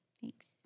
Thanks